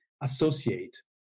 associate